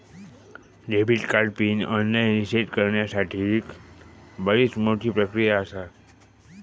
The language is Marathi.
debit card pin online reset करण्यासाठीक बरीच मोठी प्रक्रिया आसा